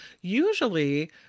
Usually